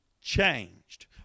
changed